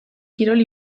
kirol